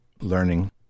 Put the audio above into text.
learning